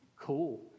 Cool